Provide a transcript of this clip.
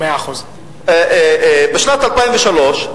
בשנת 2003,